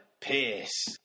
Pierce